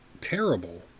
terrible